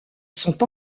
sont